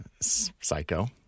Psycho